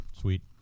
Sweet